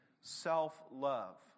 self-love